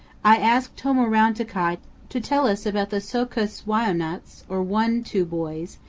i ask tomor'rountikai to tell us about the so'kus wai'unats, or one-two boys,